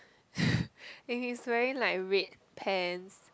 and he's wearing like red pants